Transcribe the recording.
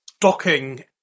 docking